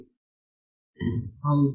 ವಿದ್ಯಾರ್ಥಿ ಹೌದು